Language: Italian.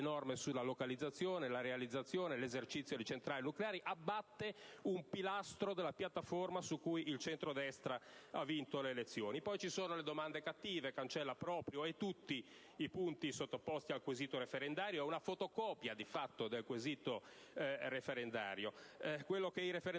norme sulla localizzazione, la realizzazione e l'esercizio di centrali nucleari, abbattendo così un pilastro della piattaforma su cui il centrodestra ha vinto le elezioni. Poi ci sono le domande cattive. Cancella tutti i punti sottoposti al quesito referendario: di fatto, si tratta di una fotocopia del quesito referendario. Quello che i referendari